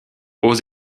aux